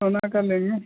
सोना का लेंगे